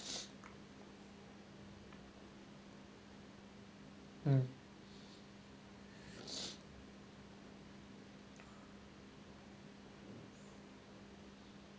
mm